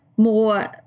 more